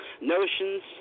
Notions